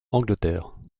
angleterre